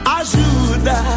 ajuda